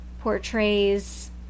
portrays